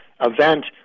event